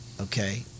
okay